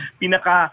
pinaka